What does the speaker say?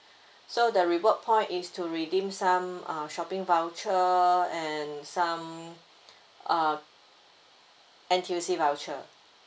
so the reward point is to redeem some uh shopping voucher and some uh N_T_U_C voucher